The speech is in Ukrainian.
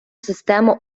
систему